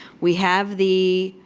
we have the